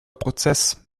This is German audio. prozess